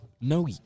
No